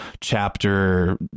chapter